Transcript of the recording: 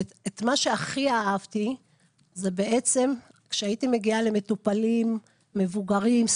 את מה שהכי אהבתי זה בעצם כשהייתי מגיעה למטופלים מבוגרים,